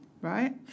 right